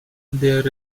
there